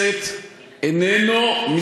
אולם מליאת הכנסת איננו מסגד,